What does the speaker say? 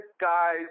guys